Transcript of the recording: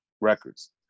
records